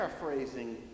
paraphrasing